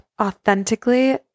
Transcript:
authentically